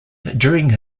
during